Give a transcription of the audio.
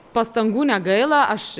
pastangų negaila aš